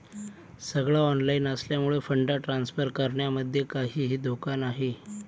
सगळ ऑनलाइन असल्यामुळे fund transfer करण्यामध्ये काहीही धोका नाही